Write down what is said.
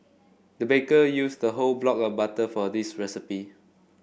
the baker used the whole block of butter for this recipe